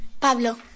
Pablo